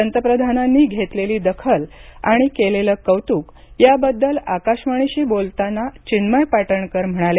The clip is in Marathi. पंतप्रधानांनी घेतलेली दाखल आणि केलेलं कौतुक याबद्दल आकाशवाणीशी बोलताना चिन्मय पाटणकर म्हणाले